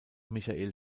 michael